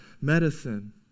medicine